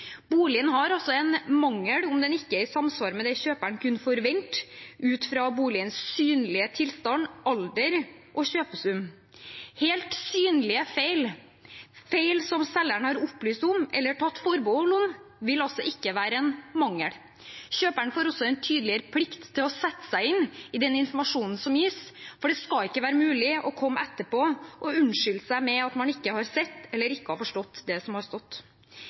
Boligen har en mangel om den ikke er i samsvar med det kjøperen kunne forvente ut fra boligens synlige tilstand, alder og kjøpesum. Helt synlige feil, feil som selgeren har opplyst om eller tatt forbehold om, vil altså ikke være en mangel. Kjøperen får en tydeligere plikt til å sette seg inn i den informasjonen som gis, for det skal ikke være mulig å komme etterpå og unnskylde seg med at man ikke har sett eller ikke har forstått det som har stått.